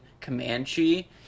Comanche